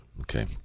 Okay